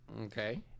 Okay